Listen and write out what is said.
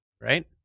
right